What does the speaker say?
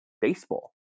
baseball